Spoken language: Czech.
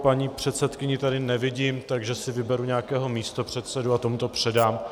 Paní předsedkyni tady nevidím, takže si vyberu nějakého místopředsedu a tomu to předám.